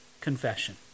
confession